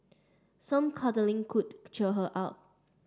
some cuddling could cheer her up